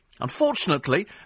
Unfortunately